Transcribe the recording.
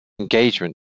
engagement